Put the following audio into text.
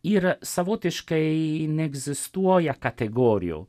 ir savotiškai neegzistuoja kategorijų